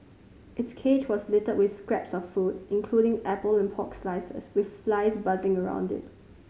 its cage was littered with scraps of food including apple and pork slices with flies buzzing around it